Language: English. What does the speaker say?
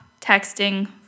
texting